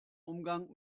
umgang